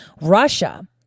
Russia